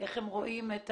איך הם רואים את